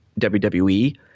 WWE